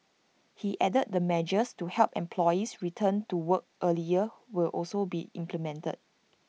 he added that measures to help employees return to work earlier will also be implemented